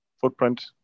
footprint